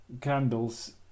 candles